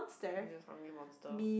I'm just hungry monster